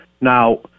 Now